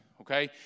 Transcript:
Okay